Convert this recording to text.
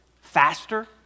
faster